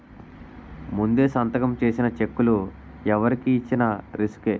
ముందే సంతకం చేసిన చెక్కులు ఎవరికి ఇచ్చిన రిసుకే